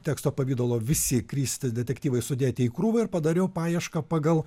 teksto pavidalo visi kristės detektyvai sudėti į krūvą ir padariau paiešką pagal